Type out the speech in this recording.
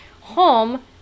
home